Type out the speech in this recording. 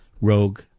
Rogue